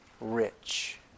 rich